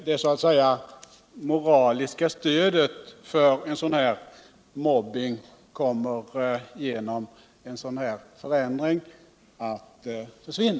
Det moraliska stödet för en sådan mobbning kommer genom en sådan här förändring att försvinna.